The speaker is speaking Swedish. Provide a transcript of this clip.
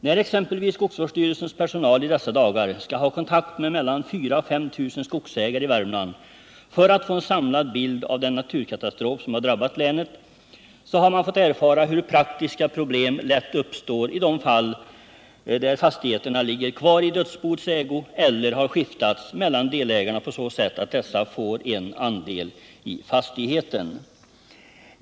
När exempelvis skogsvårdsstyrelsens personal i dessa dagar skall ha kontakt med mellan 4 000 och 5 000 skogsägare i Värmland, för att få en samlad bild av den naturkatastrof som har drabbat länet, har man fått erfara hur praktiska problem lätt uppstår i de fall där fastigheterna ligger kvar i dödsbos ägo eller har skiftats mellan delägarna så att dessa får en andel i fastigheten.